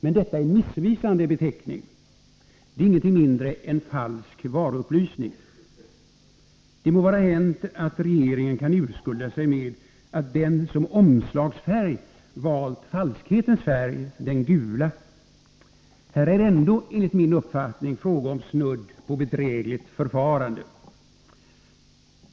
Men detta är en missvisande beteckning. Det är ingenting mindre än falsk varuupplysning. Det må vara hänt att regeringen kan urskulda sig med att den som omslagsfärg valt falskhetens färg — den gula. Här är ändå, enligt min uppfattning, fråga om snudd på bedrägligt förfarande.